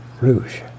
Rouge